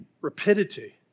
rapidity